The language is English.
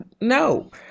no